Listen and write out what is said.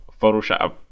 photoshop